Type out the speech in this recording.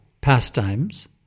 pastimes